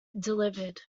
delivered